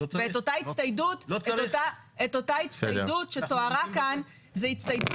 ואת אותה הצטיידות שתוארה כאן זה הצטיידות